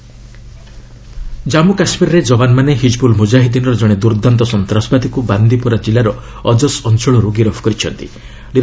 JK arrest Jammu କାଶ୍ମୀର୍ରେ ଯବାନମାନେ ହିକିବୁଲ୍ ମୁକାହିଦିନ୍ର ଜଣେ ଦୁର୍ଦ୍ଦାନ୍ତ ସନ୍ତାସବାଦୀକୁ ବାନ୍ଦିପୋରା ଜିଲ୍ଲାର ଅଜସ୍ ଅଞ୍ଚଳରୁ ଗିରଫ କରିଛନ୍ତି